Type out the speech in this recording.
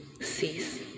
cease